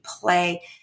play